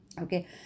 Okay